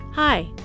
Hi